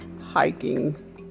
hiking